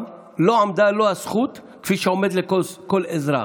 לא עמדה לו הזכות כפי שעומדת לכל אזרח.